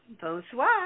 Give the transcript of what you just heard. Bonsoir